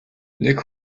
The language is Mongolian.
нэг